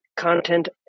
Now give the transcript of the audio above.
content